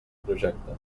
projecte